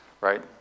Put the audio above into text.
right